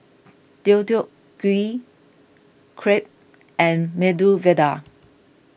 Deodeok Gui Crepe and Medu Vada